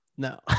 No